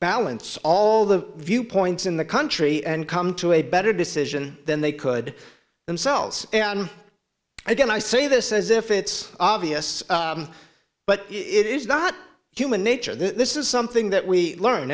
balance all the viewpoints in the country and come to a better decision than they could themselves and again i say this as if it's obvious but it is not human nature this is something that we